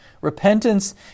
Repentance